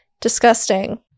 disgusting